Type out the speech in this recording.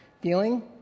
feeling